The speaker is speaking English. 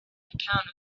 account